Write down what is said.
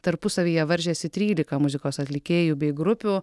tarpusavyje varžėsi trylika muzikos atlikėjų bei grupių